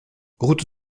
route